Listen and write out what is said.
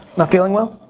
not feeling well?